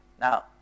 Now